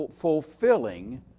fulfilling